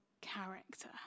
character